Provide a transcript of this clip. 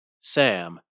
Sam